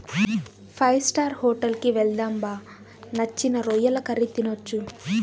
five star hotel కి వెళ్దాం బా నచ్చిన రొయ్యల కర్రీ తినొచ్చు